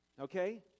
okay